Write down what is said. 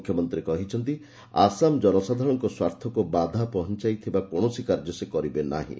ମୁଖ୍ୟମନ୍ତ୍ରୀ କହିଛନ୍ତି' ଆସାମ ଜନସାଧାରଣଙ୍କ ସ୍ୱାର୍ଥକୁ ବାଧା ପହଞ୍ଚଥିବା କୌଣସି କାର୍ଯ୍ୟ ସେ କରିବେ ନାହିଁ